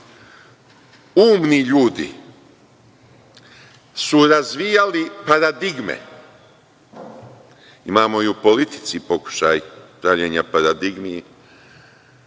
umni ljudi su razvijali paradigme. Imamo i u politici pokušaj pravljenja paradigmi.